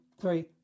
three